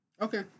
Okay